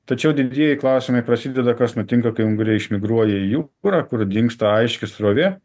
tačiau didieji klausimai prasideda kas nutinka kai unguriai išmigruoja į jūrą kur dingsta aiški srovė